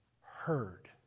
heard